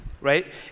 right